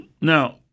Now